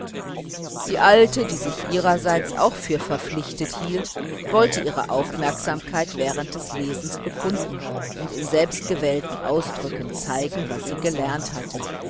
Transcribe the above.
die alte die sich ihrerseits auch für verpflichtet hielt wollte ihre aufmerksamkeit während des lesens bekunden und in selbstgewählten ausdrücken zeigen was sie gelernt hatte